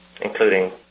including